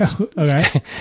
Okay